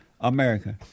America